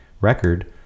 record